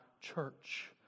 church